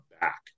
back